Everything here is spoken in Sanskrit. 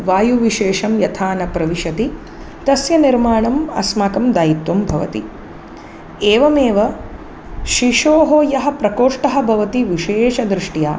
वायुविशेषं यथा न प्रविशति तस्य निर्माणम् अस्माकं दायित्वं भवति एवमेव शिशोः यः प्रकोष्ठः भवति विशेषदृष्ट्या